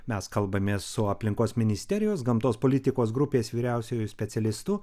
mes kalbamės su aplinkos ministerijos gamtos politikos grupės vyriausiuoju specialistu